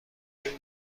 این